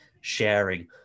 sharing